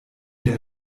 der